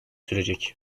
sürecek